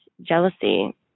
jealousy